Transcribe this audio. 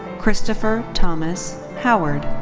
christopher thomas howard.